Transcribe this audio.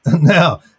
Now